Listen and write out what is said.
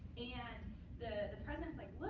and the the present's like, look,